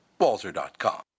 walzer.com